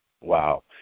Wow